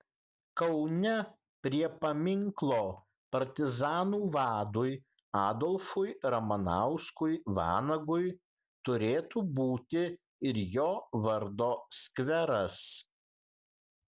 kaune prie paminklo partizanų vadui adolfui ramanauskui vanagui turėtų būti ir jo vardo skveras